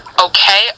okay